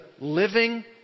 living